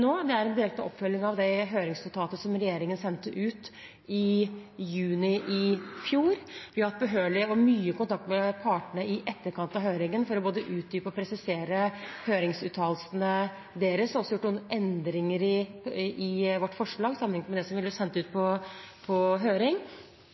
hatt behørig og mye kontakt med partene i etterkant av høringen for både å utdype og presisere høringsuttalelsene deres, og vi har også gjort noen endringer i vårt forslag, sammenlignet med det som ble sendt ut på